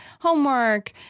homework